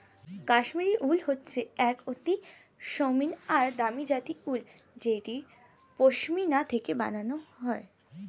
কাশ্মীরি উল হচ্ছে এক অতি মসৃন আর দামি জাতের উল যেটা পশমিনা থেকে বানানো হয়